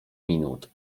minut